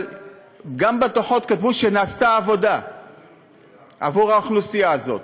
אבל גם בדוחות כתבו שנעשתה עבודה בעבור האוכלוסייה הזאת.